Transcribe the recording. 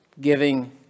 giving